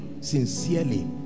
sincerely